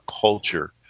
culture